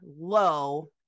low